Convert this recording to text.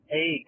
Hey